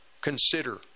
consider